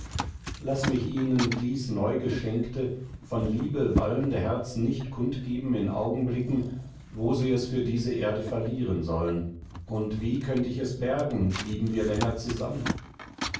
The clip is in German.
laß mich ihnen dies neugeschenkte von liebe wallende herz nicht kundgeben in augenblicken wo sie es für diese erde verlieren sollen und wie könnt ich es bergen blieben wir länger zusammen